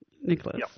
Nicholas